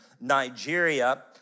Nigeria